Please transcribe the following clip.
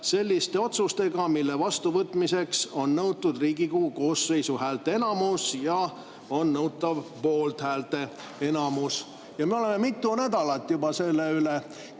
selliste otsustega, mille vastuvõtmiseks on nõutav Riigikogu koosseisu häälteenamus, nõutav on poolthäälte enamus. Me oleme mitu nädalat juba selle pärast